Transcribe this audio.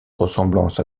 ressemblance